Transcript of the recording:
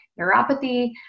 neuropathy